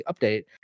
update